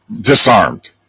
disarmed